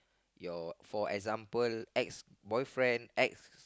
your for example ex boyfriend ex